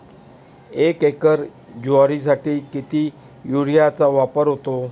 एक एकर ज्वारीसाठी किती युरियाचा वापर होतो?